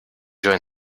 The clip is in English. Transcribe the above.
join